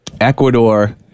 Ecuador